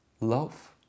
love